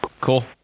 Cool